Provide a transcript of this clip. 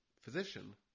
physician